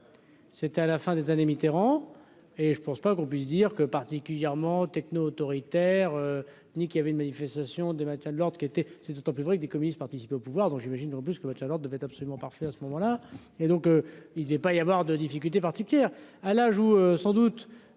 c'était à la fin des années Mitterrand et je pense pas qu'on puisse dire que particulièrement technos autoritaires ni il y avait une manifestation de maintien de l'ordre qui était c'est d'autant plus vrai que les communistes participent au pouvoir, donc j'imagine, non plus que votre chaleur devait absolument parfait à ce moment-là, et donc il devait pas y avoir de difficulté particulière